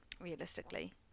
realistically